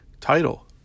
title